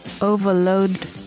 Overload